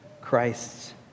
Christ's